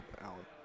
Allen